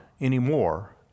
anymore